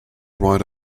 write